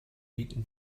beaten